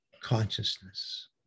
consciousness